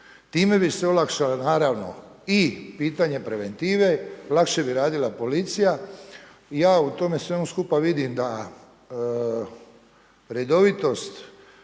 Time bi se olakšale naravno i pitanje preventive, lakše bi radila policija. Ja u tome svemu skupa vidim da redovitost